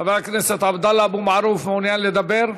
חבר הכנסת עבדאללה אבו מערוף מעוניין לדבר?